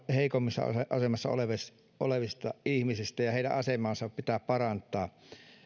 heikommassa asemassa olevista olevista ihmisistä ja heidän asemaansa pitää parantaa